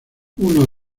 uno